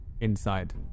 inside